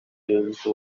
yunze